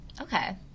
Okay